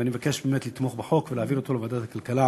ואני מבקש באמת לתמוך בחוק ולהעביר אותו לוועדת הכלכלה